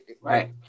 right